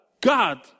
God